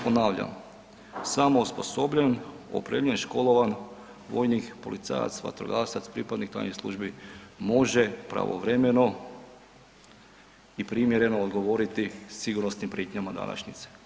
Ponavljam, samo osposobljen, opremljen, školovan vojnik, policajac, vatrogasac, pripadnik tajnih službi može pravovremeno i primjereno odgovoriti sigurnosnim prijetnjama današnjice.